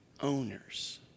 owners